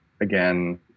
again